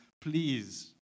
please